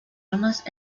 armas